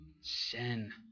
sin